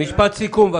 משפט סיכום.